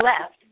left